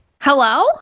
Hello